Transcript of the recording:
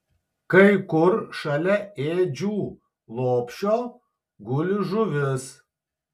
kai kur šalia ėdžių lopšio guli žuvis